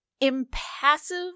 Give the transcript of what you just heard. impassive